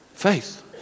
faith